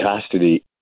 custody